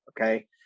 okay